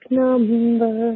number